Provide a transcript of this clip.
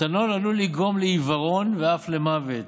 מתנול עלול לגרום לעיוורון ואף למוות.